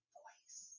voice